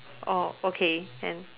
orh okay can